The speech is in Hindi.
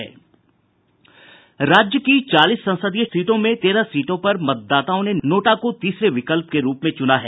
राज्य की चालीस संसदीय क्षेत्र में तेरह सीटों पर मतदाताओं ने नोटा को तीसरे विकल्प के रूप में चुना है